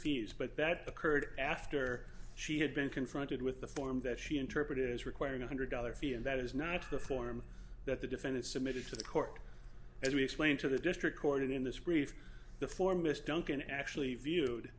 fees but that occurred after she had been confronted with the form that she interpreted as requiring a hundred dollar fee and that is not the form that the defendant submitted to the court as we explained to the district court in this brief the formis duncan actually viewed